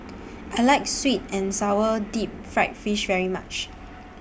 I like Sweet and Sour Deep Fried Fish very much